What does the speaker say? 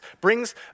brings